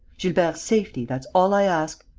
gilbert's safety, that's all i ask.